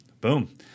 boom